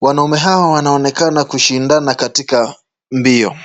Wanaume hawa wanaonekana kushindana katika mbio.